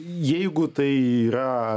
jeigu tai yra